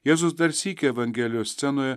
jėzus dar sykį evangelijos scenoje